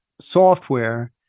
software